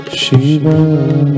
Shiva